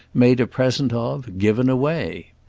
made a present of, given away.